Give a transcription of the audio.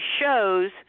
shows